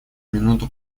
минуту